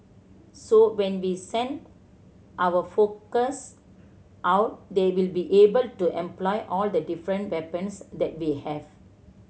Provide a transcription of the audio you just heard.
so when we send our focus out they will be able to employ all the different weapons that we have